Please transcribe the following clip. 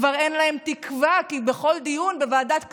כבר אין להם תקווה, כי מכל דיון, בוועדת כספים,